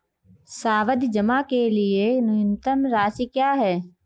सावधि जमा के लिए न्यूनतम राशि क्या है?